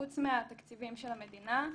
חוץ מהתקציבים של המדינה,